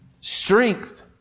strength